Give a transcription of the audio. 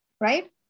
right